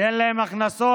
כי אין להן הכנסות,